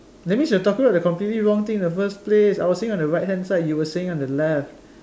that means we're talking about the completely wrong thing in the first place I was saying on the right hand side you were saying on the left